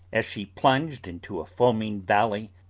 as she plunged into a foaming valley,